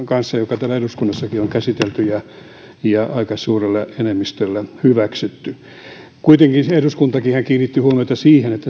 kanssa joka täällä eduskunnassakin on käsitelty ja ja aika suurella enemmistöllä hyväksytty kuitenkin eduskuntakin kiinnitti huomiota siihen että